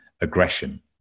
aggression